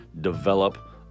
develop